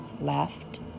left